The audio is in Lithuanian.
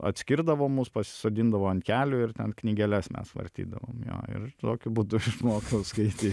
atskirdavo mus pasisodindavo ant kelių ir ten knygeles mes vartydavom jo ir tokiu būdu išmokau skaityt